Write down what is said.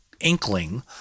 inkling